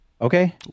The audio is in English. Okay